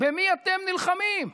במי אתם נלחמים?